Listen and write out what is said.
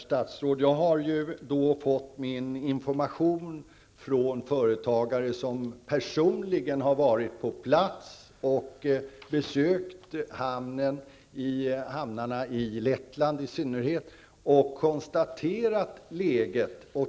Fru talman! Jag har, herr statsråd, fått information från en företagare som personligen har besökt hamnarna i området, och då i synnerhet i Lettland, för att konstatera hur läget är.